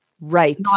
Right